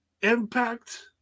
impact